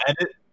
edit